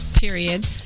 period